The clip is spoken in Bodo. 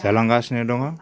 जालांगासिनो दङ